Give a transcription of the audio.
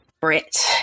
Brit